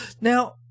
Now